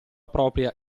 propria